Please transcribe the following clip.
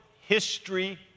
History